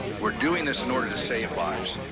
we're doing this in order to save lives.